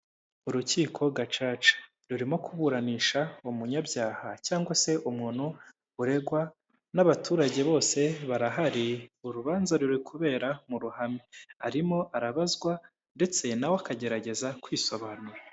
Urukiko gacaca rurimo kuburanisha umunyabyaha cyangwa se umuntu uregwa n'abaturage bose barahari urubanza ruri kubera mu ruhame, arimo arabazwa ndetse nawe akagerageza kwisobanura.